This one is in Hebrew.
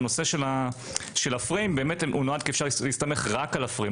הנושא של הפריים נועד כי אפשר להסתמך רק על הפריים.